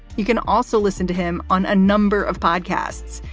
you can also listen to him on a number of podcasts,